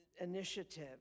initiative